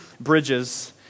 bridges